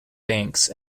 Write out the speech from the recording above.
banks